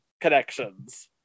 connections